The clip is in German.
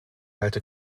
halte